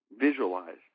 visualized